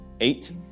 eight